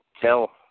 tell